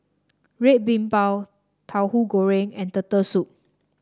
Red Bean Bao Tahu Goreng and Turtle Soup